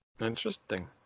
interesting